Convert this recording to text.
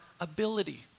ability